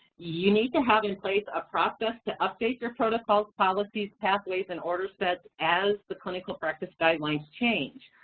you need to have in place a process to update your protocol's policies, pathways, and order sets as the clinical practice guidelines change.